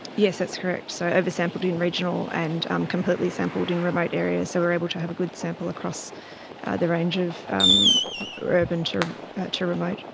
yes, that's correct, so oversampled in regional and um completely sampled in remote areas, so we were able to have a good sample across the range of um urban to to remote